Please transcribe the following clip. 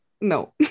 no